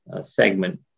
segment